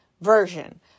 version